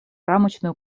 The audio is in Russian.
рамочную